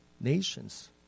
nations